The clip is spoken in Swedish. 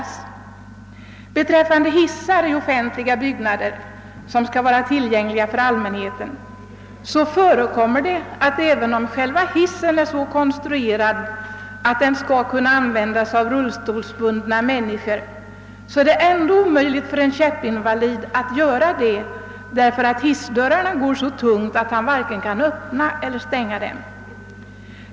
Låt mig i detta sammanhang säga några ord om hissarna i offentliga byggnader, som skall vara tillgängliga för allmänheten. Även när dylika hissar är så konstruerade, att de skall kunna användas av rullstolsbundna människor, förekommer det att det är omöjligt för en käppinvalid att begagna hissen, därför att hissdörrarna går så tungt att vederbörande varken kan öppna eller stänga dem.